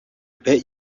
bet